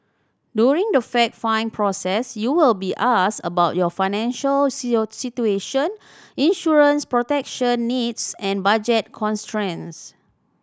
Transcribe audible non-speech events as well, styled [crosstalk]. during the fact find process you will be asked about your financial [unintelligible] situation insurance protection needs and budget constraints